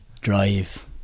drive